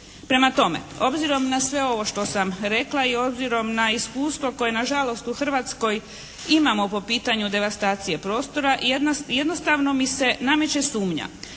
Prema tome, obzirom na sve ovo što sam rekla i obzirom na iskustvo koje na žalost u Hrvatskoj imamo po pitanju devastacije prostora, jednostavno mi se nameće sumnja